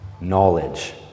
Knowledge